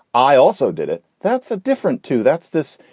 i also did it. that's a different to that's this,